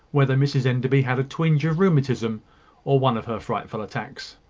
whether mrs enderby had a twinge of rheumatism or one of her frightful attacks?